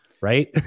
Right